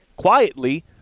quietly